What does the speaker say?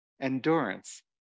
endurance